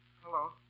Hello